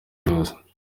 rwose